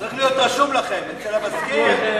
צריך להיות רשום לכם, אצל המזכיר.